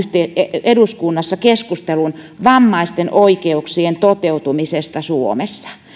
eduskunnassa keskustelun vammaisten oikeuksien toteutumisesta suomessa